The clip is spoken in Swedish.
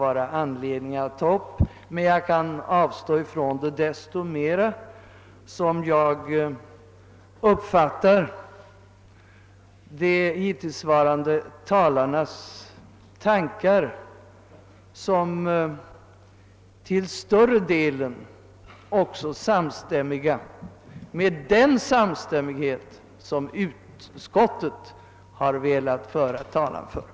Härtill kommer att jag uppfattar synpunkterna också i de hittills gjorda inläggen som i huvudsak samstämmiga med de tankegångar utskottsmajoriteten velat göra sig till talesman för. Jag yrkar, herr talman, bifall till reservationen 3 och i övrigt bifall till utskottets hemställan.